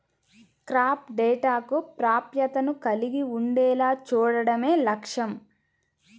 crop డేటాకు ప్రాప్యతను కలిగి ఉండేలా చూడడమే లక్ష్యం